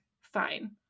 fine